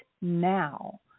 now